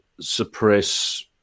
suppress